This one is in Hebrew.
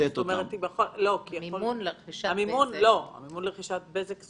מימון לרכישת בזק.